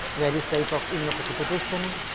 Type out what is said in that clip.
various type of immune-precipitation,